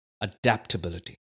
adaptability